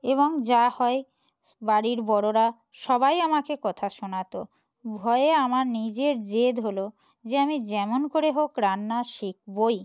এবং যা হয় বাড়ির বড়োরা সবাই আমাকে কথা শোনাতো ভয়ে আমার নিজের জেদ হলো যে আমি যেমন করে হোক রান্না শিখবই